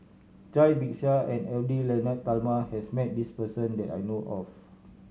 Cai Bixia and Edwy Lyonet Talma has met this person that I know of